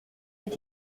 wird